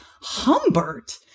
Humbert